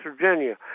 Virginia